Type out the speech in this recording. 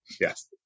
Yes